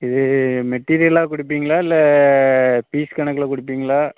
இது மெட்டிரியலாக கொடுப்பீங்களா இல்லை பீஸ் கணக்கில் கொடுப்பீங்களா